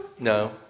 no